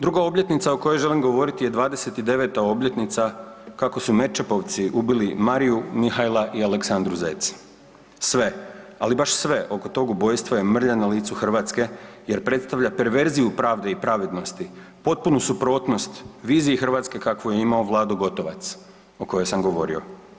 Druga obljetnica o kojoj želim govoriti je 29. obljetnica kako su Merčepovci ubili Mariju, Mihajla i Aleksandru Zec, sve, ali baš sve oko tog ubojstva je mrlja na licu Hrvatske jer predstavlja perverziju pravde i pravednosti, potpunu suprotnost viziji Hrvatske kakvu je imao Vlado Gotovac o kojoj sam govorio.